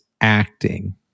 acting